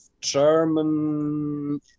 german